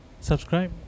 Subscribe